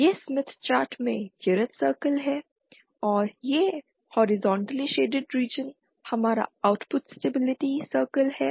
यह Smith chart में unit circle है और यह हॉरिज़ॉन्टली शेडेड रीजन हमारा आउटपुट स्टेबिलिटी सर्कल है